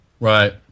Right